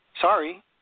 Sorry